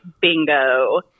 bingo